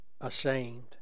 ashamed